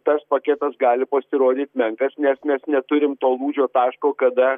tas paketas gali pasirodyt menkas nes mes neturim to lūžio taško kada